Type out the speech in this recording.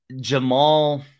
Jamal